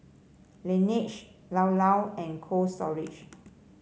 Laneige Llao Llao and Cold Storage